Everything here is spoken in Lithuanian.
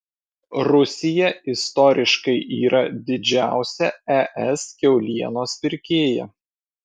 rusija istoriškai yra didžiausia es kiaulienos pirkėja